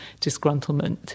disgruntlement